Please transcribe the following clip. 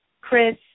Chris